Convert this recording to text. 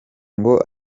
ngo